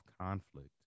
conflict